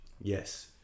yes